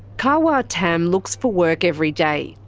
ka wah tam looks for work every day.